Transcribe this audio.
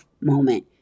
moment